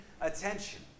attention